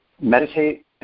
meditate